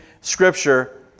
Scripture